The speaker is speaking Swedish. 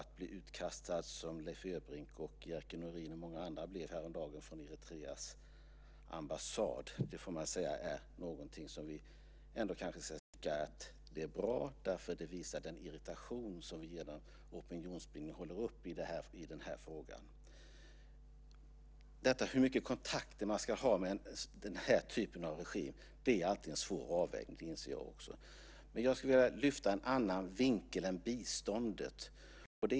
Att bli utkastad som Leif Öbrink, Jerker Norin och många andra blev häromdagen från Eritreas ambassad får man säga är någonting som vi ändå kan tycka är bra eftersom det visar den irritation som vi genom opinionsbildning håller uppe i frågan. Hur mycket kontakter ska man då ha med den här typen av regim? Det är alltid en svår avvägning; det inser jag också. Men jag skulle vilja lyfta fram en annan vinkel än biståndet.